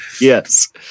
yes